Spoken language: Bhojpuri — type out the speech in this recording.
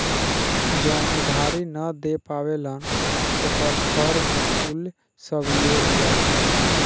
जवन उधारी ना दे पावेलन ओकर घर भी कुल सब ले लियाला